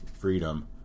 freedom